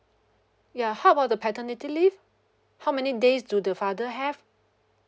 ya how about the paternity leave how many days do the father have